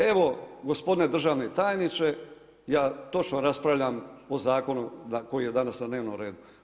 Evo gospodine državni tajniče ja točno raspravljam o zakonu koji je danas na dnevnom redu.